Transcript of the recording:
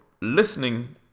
listening